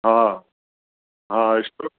हा हा स्ट्रॉ